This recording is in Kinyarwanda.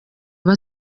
aba